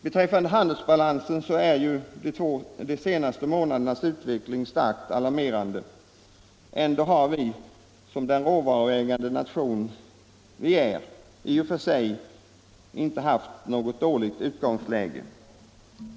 Beträffande handelsbalansen är ju de senaste månadernas utveckling starkt alarmerande. Ändå har vi, som den råvaruägande nation vi är, i och för sig inte haft något dåligt utgångsläge.